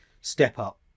step-up